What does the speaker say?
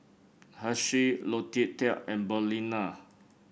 Hersheys Logitech and Balina